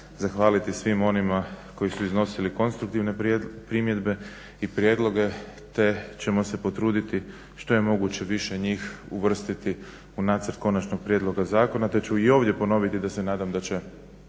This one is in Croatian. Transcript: zahvaliti svima onima koji su iznosili konstruktivne primjedbe i prijedloge te ćemo se potruditi što je moguće više njih uvrstiti u nacrt konačnog prijedloga zakona, te ću i ovdje ponoviti da se nadam da će